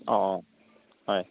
অঁ হয়